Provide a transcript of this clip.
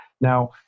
Now